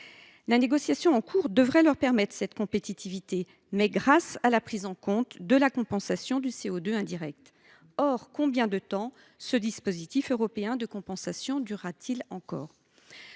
La négociation en cours ne devrait leur assurer une telle compétitivité que grâce à la prise en compte de la compensation du CO2 indirect. Or combien de temps ce dispositif européen de compensation durera t il encore ?